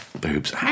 boobs